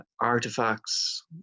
artifacts